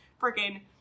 freaking